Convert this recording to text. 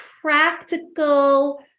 practical